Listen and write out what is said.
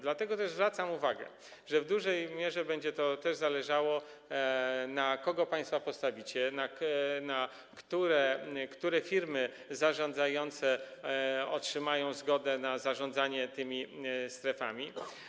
Dlatego też zwracam uwagę, że w dużej mierze będzie to też zależało od tego, na kogo państwo postawicie, które firmy zarządzające otrzymają zgodę na zarządzanie tymi strefami.